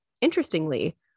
Interestingly